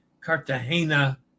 Cartagena